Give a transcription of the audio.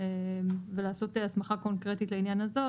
ולעשות הסמכה קונקרטית לעניין הזה,